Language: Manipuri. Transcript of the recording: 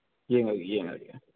ꯌꯦꯡꯉꯒꯦ ꯌꯦꯡꯉꯒꯦ